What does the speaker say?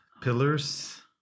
pillars